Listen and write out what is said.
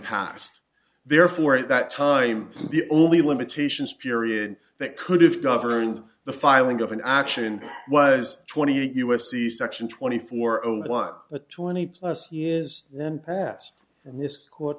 passed therefore at that time the only limitations period that could have governed the filing of an action was twenty eight u s c section twenty four over a twenty plus years then pass and this court